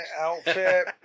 outfit